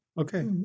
Okay